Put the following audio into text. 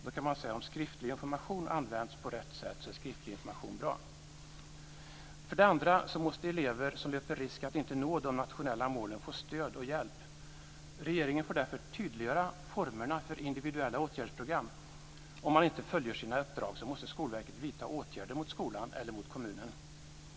Då kan jag säga så här: Om skriftlig information används på rätt sätt är skriftlig information bra. För det andra: Elever som löper risk att inte nå de nationella målen måste få stöd och hjälp. Regeringen får därför tydliggöra formerna för individuella åtgärdsprogram. Om man inte fullgör sina uppdrag måste Skolverket vidta åtgärder mot skolan eller mot kommunen.